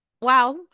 Wow